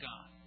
God